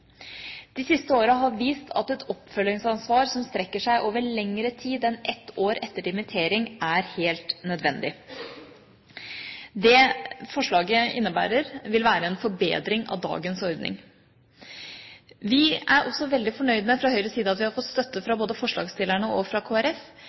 De siste årene har vist at et oppfølgingsansvar som strekker seg over lengre tid enn ett år etter dimittering, er helt nødvendig. Det forslaget innebærer, vil være en forbedring av dagens ordning. Vi er også veldig fornøyd fra Høyres side med at vi har fått støtte